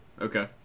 Okay